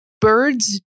birds